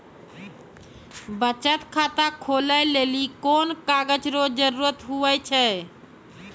बचत खाता खोलै लेली कोन कागज रो जरुरत हुवै छै?